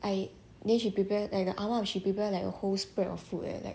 I then she prepare like the ah ma she like prepare a whole spread of food leh like